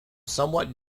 somewhat